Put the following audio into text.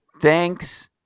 Thanks